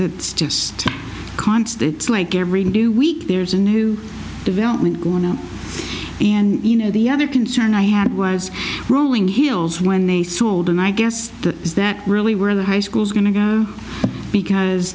it's just constant it's like every new week there's a new development going on and you know the other concern i had was rolling hills when they sold and i guess is that really where the high school's going to go because